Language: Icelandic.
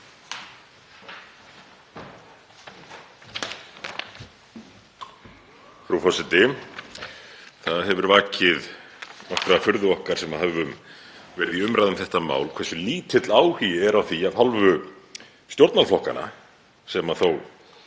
Það hefur vakið nokkra furðu okkar sem höfum verið í umræðu um þetta mál hversu lítill áhugi er á því af hálfu stjórnarflokkanna sem þó